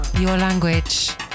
language